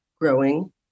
growing